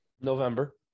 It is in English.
November